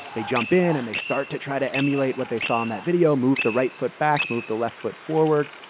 jump in, and they start to try to emulate what they saw in that video move the right foot back, move the left foot forward.